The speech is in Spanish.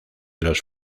los